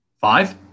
Five